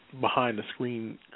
behind-the-screen